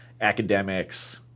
academics